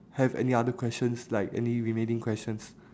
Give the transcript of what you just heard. have any other questions like any remaining questions